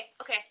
okay